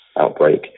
outbreak